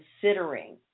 considering